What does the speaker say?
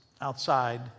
outside